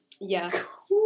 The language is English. Yes